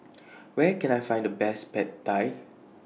Where Can I Find The Best Pad Thai